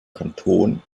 kanton